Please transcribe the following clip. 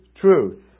truth